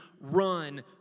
run